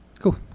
Cool